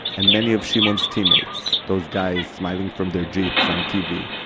and many of shimon's teammates, those guys smiling from their jeeps on tv,